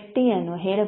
f ಅನ್ನು ಹೇಳಬಹುದು